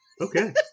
Okay